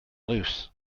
loose